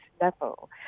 level